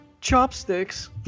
chopsticks